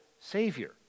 Savior